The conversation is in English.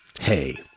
hey